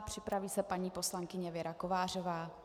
Připraví se paní poslankyně Věra Kovářová.